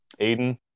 Aiden